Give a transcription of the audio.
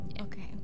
Okay